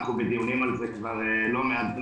אנו בדיונים על זה כבר לא מעט זמן,